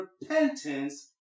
repentance